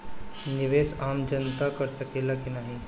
निवेस आम जनता कर सकेला की नाहीं?